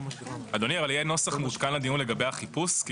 אדוני, יהיה נוסח מעודכן לדיון לגבי החיפוש?